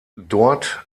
dort